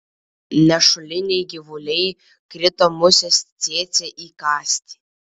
nešuliniai gyvuliai krito musės cėcė įkąsti